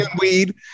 Weed